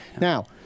Now